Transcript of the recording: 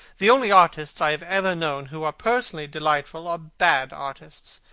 the only artists i have ever known who are personally delightful are bad artists.